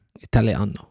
Italiano